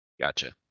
Gotcha